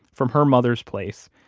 from her mother's place,